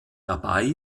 dabei